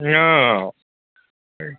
অ'